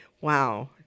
Wow